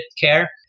care